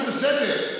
זה בסדר,